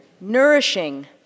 nourishing